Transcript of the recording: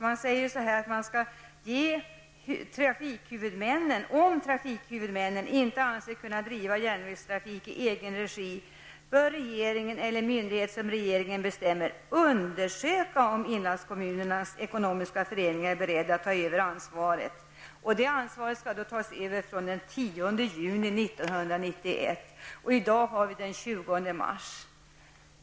Man säger: ''Om trafikhuvudmännen inte anser sig kunna driva järnvägstrafik i egen regi bör regeringen eller myndighet som regeringen bestämmer undersöka om Inlandskommunerna Ekonomisk Förening är beredd att ta över ansvaret --.'' Det ansvaret skall då tas över fr.o.m. den 10 juni 1991. I dag har vi den 20 mars.